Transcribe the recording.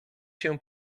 się